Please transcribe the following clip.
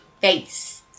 face